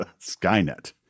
Skynet